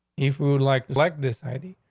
if we would like like this heidi,